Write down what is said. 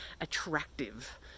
attractive